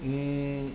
mm